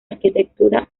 arquitectura